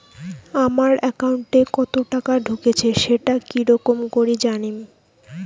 আমার একাউন্টে কতো টাকা ঢুকেছে সেটা কি রকম করি জানিম?